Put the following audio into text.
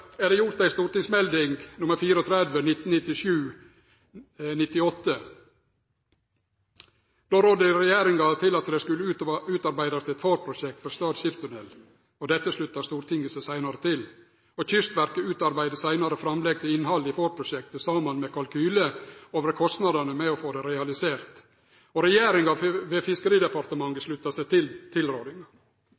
ei stortingsmelding, St.meld. nr. 34 for 1997–98. Der rådde regjeringa til at det skulle utarbeidast eit forprosjekt for Stad skipstunnel. Dette slutta Stortinget seg seinare til. Kystverket utarbeidde seinare framlegg til innhald i forprosjektet saman med kalkyle over kostnadene med å få det realisert. Regjeringa ved Fiskeridepartementet